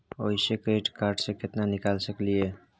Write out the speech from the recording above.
ओयसे credit card से केतना निकाल सकलियै?